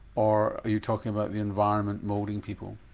are you talking about the environment moulding people?